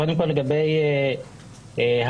קודם כל לגבי ההגעה,